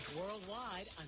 worldwide